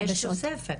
יש תוספת.